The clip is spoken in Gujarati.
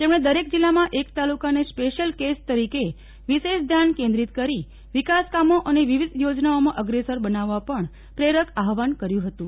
તેમણે દરેક જિલ્લામાં એક તાલુકાને સ્પેશ્યલ કેસ તરીકે વિશેષ ધ્યાન કેન્દ્રીત કરી વિકાસ કામો અને વિવિધ યોજનાઓમાં અગ્રેસર બનાવવા પણ પ્રેરક આહવાન કર્યુ હતું